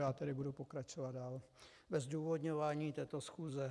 Já tedy budu pokračovat dál ve zdůvodňování této schůze.